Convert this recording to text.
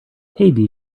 hey